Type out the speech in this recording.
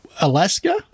Alaska